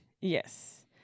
Yes